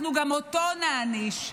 אנחנו גם אותו נעניש.